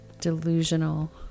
delusional